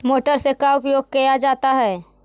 Motor से का उपयोग क्या जाता है?